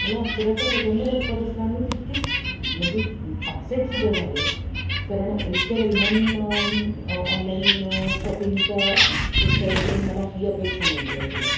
मला आश्चर्याचा प्रचंड धक्का बसला आणि मी तितकीच म्हणजे अपसेट सुद्धा झाले कारण इतक्या वेल नॉन ऑनलाईन शॉपिंगच्या वेबसाईटकडून मला ही अपेक्षा नव्हती अजिबात